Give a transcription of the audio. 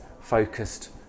focused